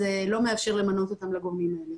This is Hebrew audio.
זה לא מאפשר למנות אותם לגורמים האלה,